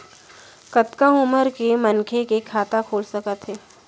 कतका उमर के मनखे के खाता खुल सकथे?